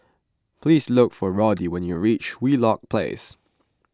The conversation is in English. please look for Roddy when you reach Wheelock Place